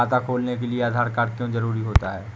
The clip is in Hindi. खाता खोलने के लिए आधार कार्ड क्यो जरूरी होता है?